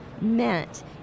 meant